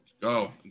Go